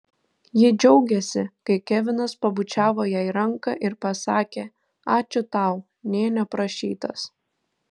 ji džiaugėsi kai kevinas pabučiavo jai ranką ir pasakė ačiū tau nė neprašytas